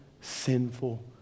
sinful